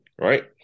right